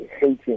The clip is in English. hating